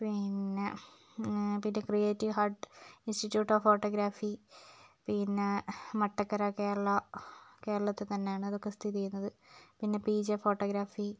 പിന്നെ പിന്നെ creative hut institute of photography പിന്നെ മൊട്ടക്കര കേരള കേരളത്തിൽ തന്നെയാണ് അതൊക്കെ സ്ഥിതിചെയ്യുന്നത് പിന്നെ പീജേ ഫോട്ടോഗ്രാഫി